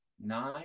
nine